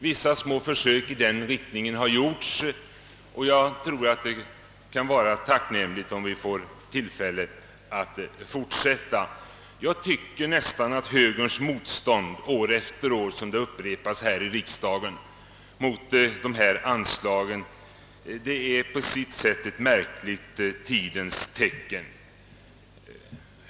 Vissa små försök i den riktningen har gjorts, och jag tror att det skulle vara tacknämligt om vi fick tillfälle att fortsätta. Jag tycker att högerns motstånd år efter år mot dessa anslag på sitt sätt är ett märkligt tidens tecken.